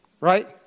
right